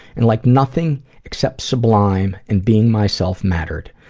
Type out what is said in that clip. and like nothing except sublime and being myself mattered.